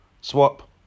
Swap